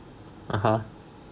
(uh huh)